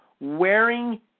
wearing